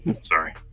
Sorry